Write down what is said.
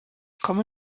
komme